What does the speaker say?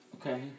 Okay